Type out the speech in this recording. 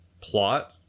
plot